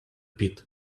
pit